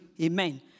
Amen